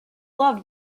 love